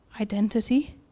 identity